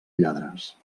lladres